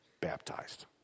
baptized